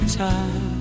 time